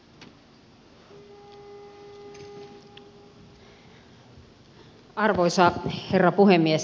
arvoisa herra puhemies